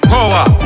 Power